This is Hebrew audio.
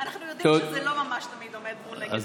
אנחנו יודעים שזה לא ממש תמיד עומד לנגד עיניהם,